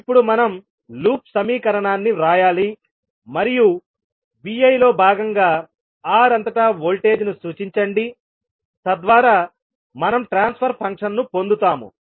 ఇప్పుడు మనం లూప్ సమీకరణాన్ని వ్రాయాలి మరియు Vi లో భాగంగా R అంతటా వోల్టేజ్ను సూచించండి తద్వారా మనం ట్రాన్స్ఫర్ ఫంక్షన్ను పొందుతాము